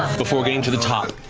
before getting to the top.